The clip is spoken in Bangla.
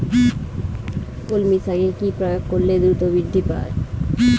কলমি শাকে কি প্রয়োগ করলে দ্রুত বৃদ্ধি পায়?